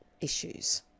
issues